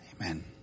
Amen